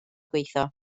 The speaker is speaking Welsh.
gweithio